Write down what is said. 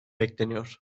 bekleniyor